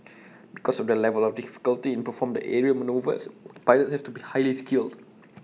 because of the level of difficulty in performing the aerial manoeuvres pilots have to be highly skilled